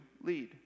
lead